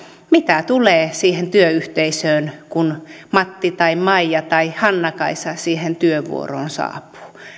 mitä tulee siihen työyhteisöön kun matti tai maija tai hannakaisa siihen työvuoroon saapuu